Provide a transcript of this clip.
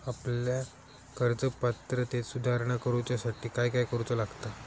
आपल्या कर्ज पात्रतेत सुधारणा करुच्यासाठी काय काय करूचा लागता?